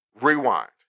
Rewind